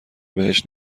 بهش